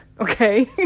okay